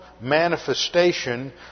manifestation